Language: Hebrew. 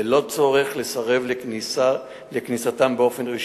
ללא צורך לסרב לכניסתם באופן רשמי.